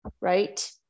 right